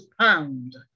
pound